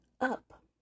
up